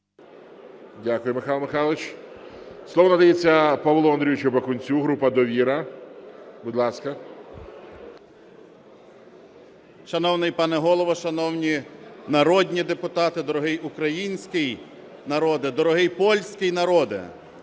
Дякую, Михайло Михайлович. Слово надається Павлу Андрійовичу Бакунцю, група "Довіра", будь ласка. 11:04:09 БАКУНЕЦЬ П.А. Шановний пане Голово! Шановні народні депутати, дорогий український народе, дорогий польський народе!